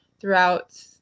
throughout